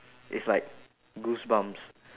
it's like goosebumps